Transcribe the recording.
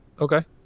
Okay